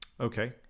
Okay